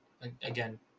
again